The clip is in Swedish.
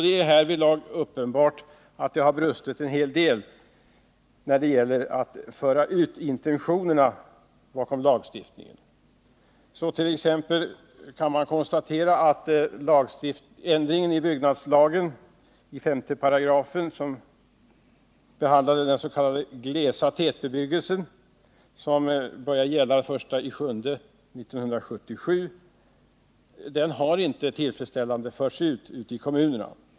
Det är uppenbart att det har brustit en hel del närdet gäller att föra ut intentionerna bakom lagstiftningen härvidlag. Så kan man t.ex. konstatera att innebörden av ändringen i 5 § byggnadslagen, som behandlar den s.k. glesa tätbebyggelsen och som började gälla den 1 juli 1977, inte tillfredsställande har förts ut i kommunerna.